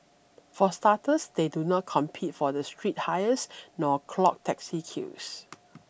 for starters they do not compete for the street hires nor clog taxi queues